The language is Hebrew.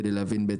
כדי להבין איך,